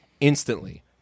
instantly